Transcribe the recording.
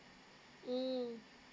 mm